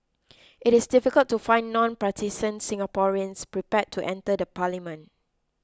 it is difficult to find non partisan Singaporeans prepared to enter the parliament